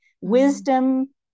wisdom